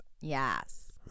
Yes